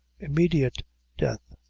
immediate death,